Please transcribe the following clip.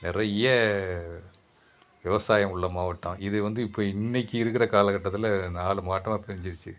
நிறைய விவசாயம் உள்ள மாவட்டம் இது வந்து இப்போ இன்றைக்கி இருக்கிற காலக்கட்டத்தில் நாலு மாவட்டமாக பிரிஞ்சிடுச்சு